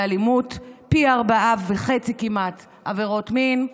באלימות פי ארבעה כמעט, עבירות מין,